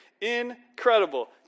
incredible